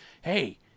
hey